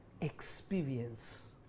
Experience